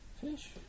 Fish